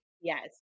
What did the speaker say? Yes